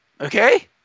okay